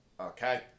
Okay